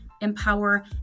empower